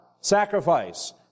Sacrifice